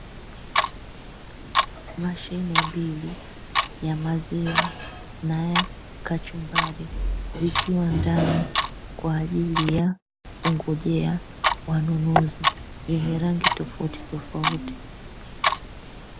Mashine mbili ya maziwa na ya kachumbari zikiwa ndani kwaajili ya kungojea wanunuzi yenye rangi tofautitofauti.